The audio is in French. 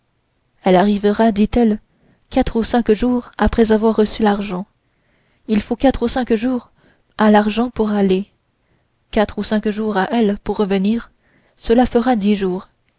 elle arrivera dit-elle quatre ou cinq jours après avoir reçu l'argent il faut quatre ou cinq jours à l'argent pour aller quatre ou cinq jours à elle pour revenir cela fait dix jours